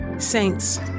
saints